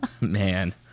man